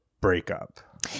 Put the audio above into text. breakup